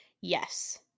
yes